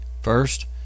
First